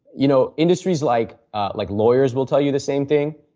you know industries like ah like lawyers will tell you the same thing.